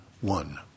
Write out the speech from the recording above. one